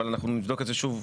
אבל אנחנו נבדוק את זה שוב,